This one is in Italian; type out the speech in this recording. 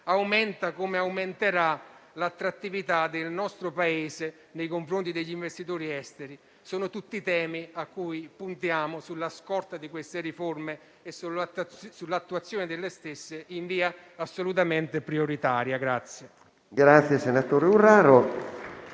aumenta - come aumenterà - l'attrattività del nostro Paese nei confronti degli investitori esteri. Sono tutti i temi a cui puntiamo sulla scorta di queste riforme e sull'attuazione delle stesse in via assolutamente prioritaria.